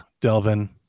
Delvin